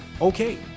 Okay